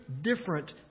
different